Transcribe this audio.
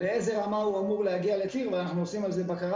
לאיזה רמה הוא אמור להגיע ואנחנו עושים בקרה